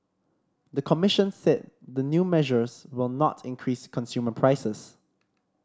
the commission said the new measures will not increase consumer prices